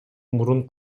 мурун